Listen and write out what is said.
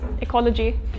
ecology